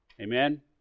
Amen